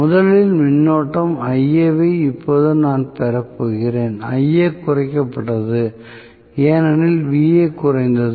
முதலில் மின்னோட்டம் Ia வை இப்போது நான் பெறப்போகிறேன் குறைக்கப்பட்டது ஏனெனில் Va குறைந்துள்ளது